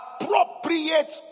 appropriate